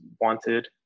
wanted